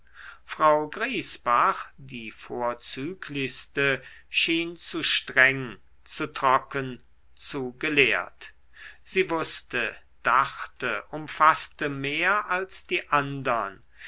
frau griesbach die vorzüglichste schien zu streng zu trocken zu gelehrt sie wußte dachte umfaßte mehr als die andern